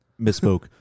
Misspoke